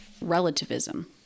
relativism